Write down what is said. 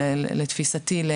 לתפיסתי,